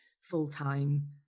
full-time